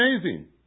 amazing